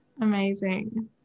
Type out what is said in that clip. Amazing